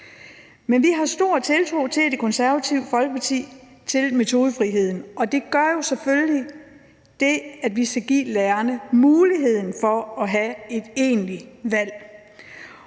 Men vi har stor tiltro i Det Konservative Folkeparti til metodefriheden, og det gør jo selvfølgelig, at vi skal give lærerne muligheden for at have et egentligt valg.